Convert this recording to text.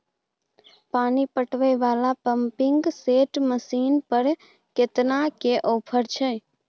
पानी पटावय वाला पंपिंग सेट मसीन पर केतना के ऑफर छैय?